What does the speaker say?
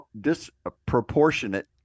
disproportionate